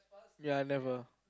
ya I never